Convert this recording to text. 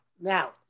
now